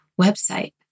website